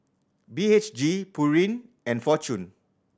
B H G Pureen and Fortune